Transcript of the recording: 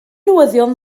newyddion